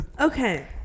okay